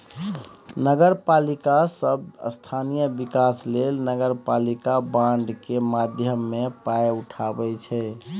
नगरपालिका सब स्थानीय बिकास लेल नगरपालिका बॉड केर माध्यमे पाइ उठाबै छै